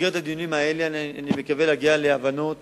במסגרת הדיונים האלה אני מקווה להגיע להבנות